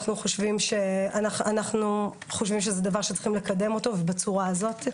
אנחנו חושבים שזה דבר שצריכים לקדם אותו ובצורה הזאת.